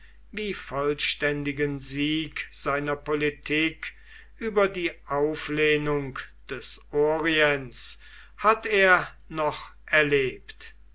wie vollständigen sieg seiner politik über die auflehnung des orients hat er noch erlebt